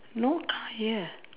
no car here